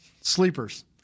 Sleepers